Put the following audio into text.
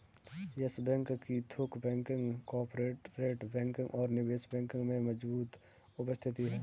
yes Bank की थोक banking, corporate banking और निवेश बैंकिंग में मजबूत उपस्थिति है